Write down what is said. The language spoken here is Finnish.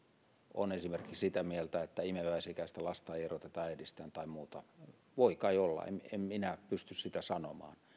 on esimerkiksi sitä mieltä että imeväisikäistä lasta ei eroteta äidistään tai muuta voi kai olla en minä pysty sitä sanomaan